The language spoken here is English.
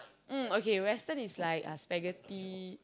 mm okay western is like uh spaghetti